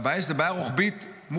הבעיה היא שזאת בעיה רוחבית מוכרת.